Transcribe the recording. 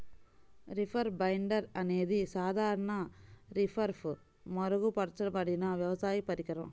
reaper binder అనేది సాధారణ రీపర్పై మెరుగుపరచబడిన వ్యవసాయ పరికరం